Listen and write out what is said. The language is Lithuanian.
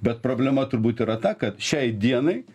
bet problema turbūt yra ta kad šiai dienai